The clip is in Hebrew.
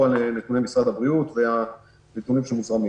על נתוני משרד הבריאות והנתונים שמוזרמים.